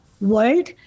world